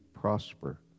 prosper